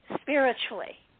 spiritually